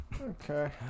Okay